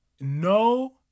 no